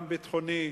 גם ביטחוני,